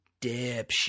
dipshit